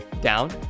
down